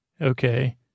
Okay